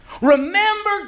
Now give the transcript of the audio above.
Remember